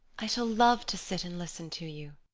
i shall love to sit and listen to you.